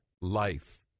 life